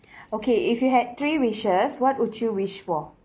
okay if you had three wishes what would you wish for